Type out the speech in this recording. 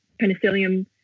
Penicillium